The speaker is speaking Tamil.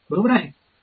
எனவே N வேர்கள் உள்ளன